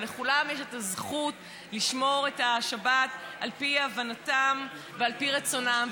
ולכולם יש זכות לשמור את השבת על פי הבנתם ועל פי רצונם.